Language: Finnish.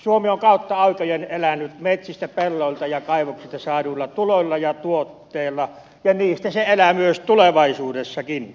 suomi on kautta aikojen elänyt metsistä pelloilta ja kaivoksilta saaduilla tuloilla ja tuotteilla ja niistä se elää myös tulevaisuudessakin